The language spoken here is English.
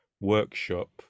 workshop